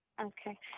Okay